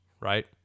right